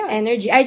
energy